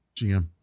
GM